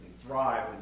Thrive